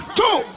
two